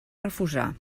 refusar